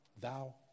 thou